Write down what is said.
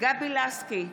גבי לסקי,